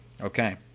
Okay